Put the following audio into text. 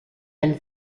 and